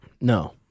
No